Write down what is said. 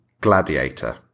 Gladiator